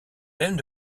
thèmes